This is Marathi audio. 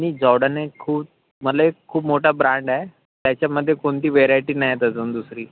आणि जॉर्डन हे खूप म्हणजे खूप मोठा ब्रँड आहे त्याच्यामध्ये कोणती व्हरायटी नाही येत अजून दुसरी